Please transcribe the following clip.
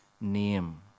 name